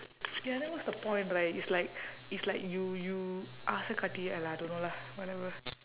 ya then what's the point right it's like it's like you you ask a country !aiya! don't know lah whatever